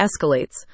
escalates